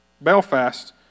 Belfast